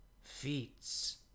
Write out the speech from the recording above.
feats